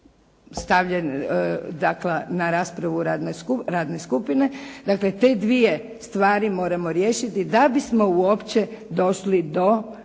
dakle na raspravu radne skupine. Dakle, te dvije stvari moramo riješiti da bismo uopće došli do